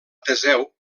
teseu